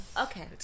Okay